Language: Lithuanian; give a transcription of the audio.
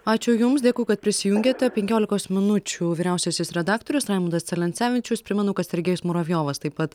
ačiū jums dėkui kad prisijungėte penkiolikos minučių vyriausiasis redaktorius raimundas celencevičius primenu kad sergejus muravjovas taip pat